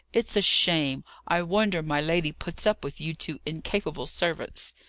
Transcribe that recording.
it's a shame! i wonder my lady puts up with you two incapable servants.